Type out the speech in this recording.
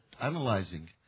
analyzing